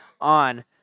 on